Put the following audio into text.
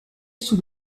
sous